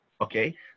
okay